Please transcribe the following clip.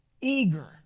eager